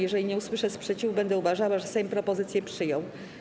Jeżeli nie usłyszę sprzeciwu, będę uważała, że Sejm propozycję przyjął.